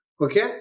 okay